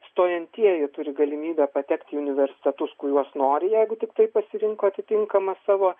stojantieji turi galimybę patekti į universitetus kuriuos nori jeigu tiktai pasirinko atitinkamą savo